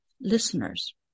listeners